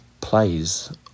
plays